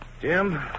Jim